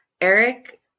Eric